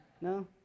no